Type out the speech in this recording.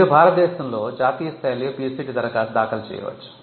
మీరు భారతదేశంలో జాతీయ స్థాయిలో PCT దరఖాస్తు దాఖలు చేయవచ్చు